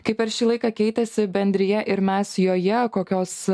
kaip per šį laiką keitėsi bendrija ir mes joje kokios